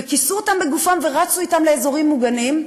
וכיסו אותם בגופם ורצו אתם לאזורים מוגנים.